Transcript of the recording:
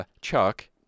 Chuck